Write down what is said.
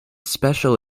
special